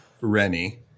Rennie